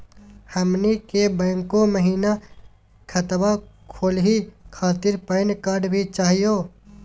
हमनी के बैंको महिना खतवा खोलही खातीर पैन कार्ड भी चाहियो?